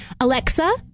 Alexa